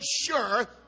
sure